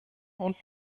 und